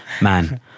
man